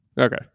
okay